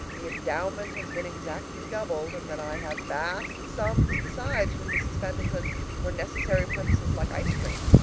the endowment has been exactly doubled, and that i have vast sums besides from mrs. pendleton for necessary purposes like ice cream.